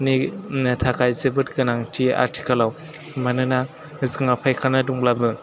थाखाय जोबोर गोनांथि आथिखालाव मानाेना जोंना फायखाना दंब्लाबो